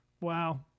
Wow